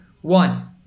one